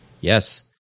Yes